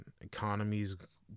economies